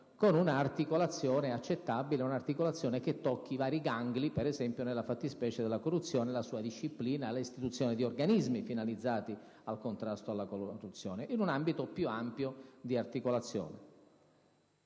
con un'articolazione accettabile e che tocchi i vari gangli, per esempio, nella fattispecie, della corruzione, la sua disciplina e l'istituzione di organismi finalizzati al contrasto alla corruzione in un ambito più ampio di articolazione.